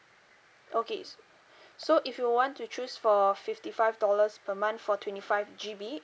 okay so if you want to choose for fifty five dollars per month for twenty five G_B